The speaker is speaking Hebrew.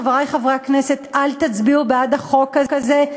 חברי חברי הכנסת: אל תצביעו בעד החוק הזה,